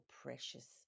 precious